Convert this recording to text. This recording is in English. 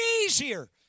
easier